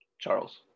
Charles